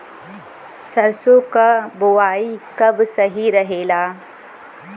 सरसों क बुवाई कब सही रहेला?